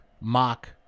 mock